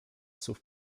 słów